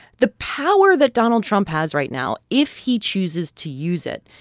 the power that donald trump has right now, if he chooses to use it,